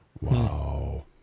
Wow